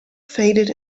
faded